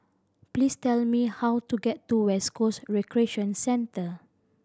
please tell me how to get to West Coast Recreation Centre